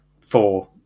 four